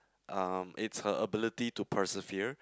um it's her ability to persevere